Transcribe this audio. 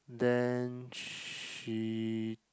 then she